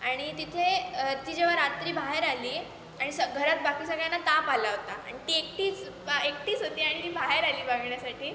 आणि तिथे ती जेव्हा रात्री बाहेर आली आणि स् घरात बाकी सगळ्यांना ताप आला होता आणि ती एकटीच बा एकटीच होती आणि ती बाहेर आली बघण्यासाठी